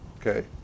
Okay